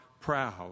proud